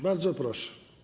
Bardzo proszę.